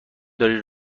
داری